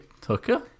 Tucker